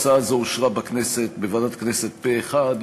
הצעה זו אושרה בוועדת הכנסת פה-אחד,